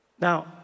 Now